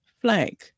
flag